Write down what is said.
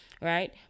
right